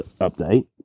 update